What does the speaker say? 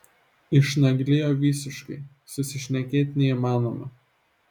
išnaglėjo visiškai susišnekėt neįmanoma